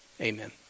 amen